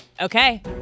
Okay